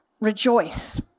Rejoice